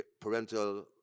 parental